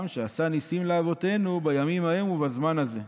שעשה ניסים לאבותינו בימים ההם ובזמן הזה",